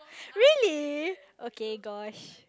really okay gosh